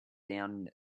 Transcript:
down